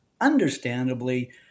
understandably